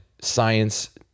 science